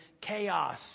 chaos